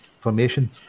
formation